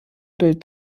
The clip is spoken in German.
bild